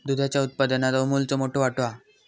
दुधाच्या उत्पादनात अमूलचो मोठो वाटो हा